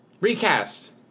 Recast